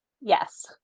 Yes